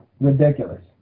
ridiculous